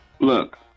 Look